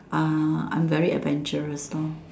ah I am very adventurous lor